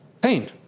pain